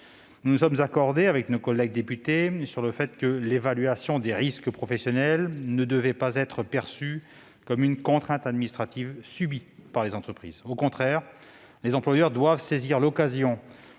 Nous nous sommes accordés, avec nos collègues députés, sur le fait que l'évaluation des risques professionnels ne devait pas être perçue comme une contrainte administrative subie par les entreprises. Au contraire, les employeurs doivent saisir l'occasion